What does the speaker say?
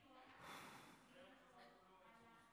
כנסת נכבדה,